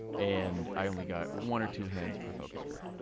and i only got one or two hands per focus group.